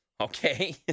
Okay